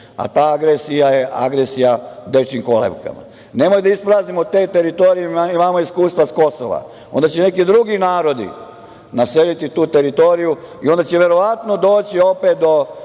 a ta agresija je agresija dečijim kolevkama. Nemojte da ispraznimo te teritorije, imamo iskustva sa Kosova, jer onda će neki drugi narodi naseliti tu teritoriju i onda će verovatno doći opet do